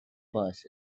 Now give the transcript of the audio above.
bus